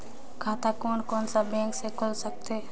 खाता कोन कोन सा बैंक के खुल सकथे?